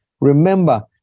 Remember